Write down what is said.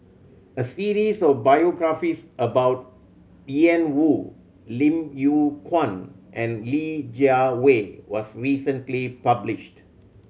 a series of biographies about Ian Woo Lim Yew Kuan and Li Jiawei was recently published